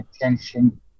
attention